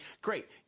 great